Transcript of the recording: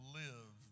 live